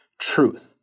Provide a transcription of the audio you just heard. truth